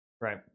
right